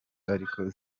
ariko